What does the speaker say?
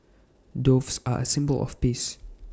doves are A symbol of peace